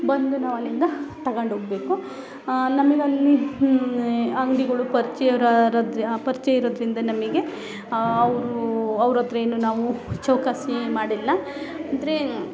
ಬಂದು ನಾ ಅಲ್ಲಿಂದ ತಗೊಂಡು ಹೋಗಬೇಕು ನಮಗ್ ಅಲ್ಲಿ ನೆ ಅಂಗಡಿಗಳು ಪರಿಚಯ ಪರ್ಚಯ ಇರೋದ್ರಿಂದ ನಮಗೆ ಅವರು ಅವ್ರಹತ್ರ ಏನು ನಾವು ಚೌಕಾಸಿ ಮಾಡಿಲ್ಲ ಅಂದರೆ